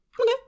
okay